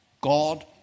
God